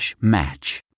match